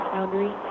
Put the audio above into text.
Boundary